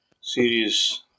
series